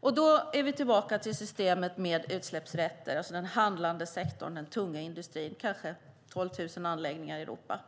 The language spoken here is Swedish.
Då kommer vi tillbaka till systemet med utsläppsrätter, det vill säga den handlande sektorn och den tunga industrin med kanske 12 000 anläggningar i Europa.